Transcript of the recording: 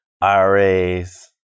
IRAs